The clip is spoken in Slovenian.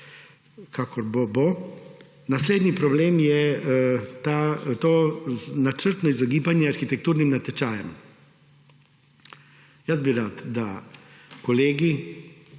kakor bo, bo. Naslednji problem je to načrtno izogibanje arhitekturnim natečajem. Jaz bi rad, da kolegi